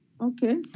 Okay